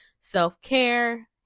self-care